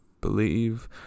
believe